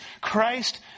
Christ